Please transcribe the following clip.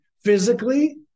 physically